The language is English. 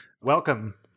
welcome